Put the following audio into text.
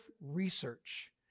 research